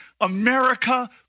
America